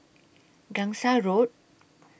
Gangsa Road